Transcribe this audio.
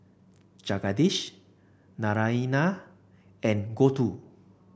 Jagadish Naraina and Gouthu